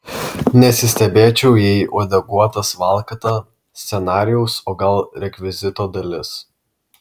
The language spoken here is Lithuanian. nesistebėčiau jei uodeguotas valkata scenarijaus o gal rekvizito dalis